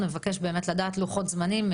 אנחנו נבקש לדעת לוחות זמנים.